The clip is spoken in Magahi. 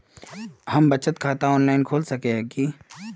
हम बचत खाता ऑनलाइन खोल सके है की?